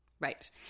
right